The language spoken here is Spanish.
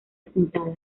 apuntada